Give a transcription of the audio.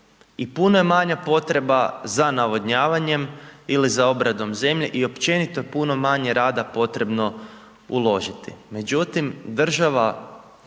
i puno je manja potreba za navodnjavanjem ili za obradom zemlje i općenito je puno manje rada potrebno uložiti. Međutim, država